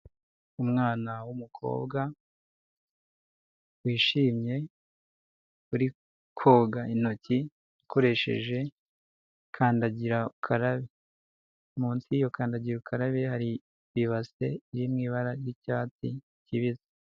Umwana w'umukobwa wishimye uri koga intoki akoresheje kandagira ukarabe munsi y'iyo kandagira ukarabe hari ibase iri mu ibara ry'icyatsi kibisi.